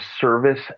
service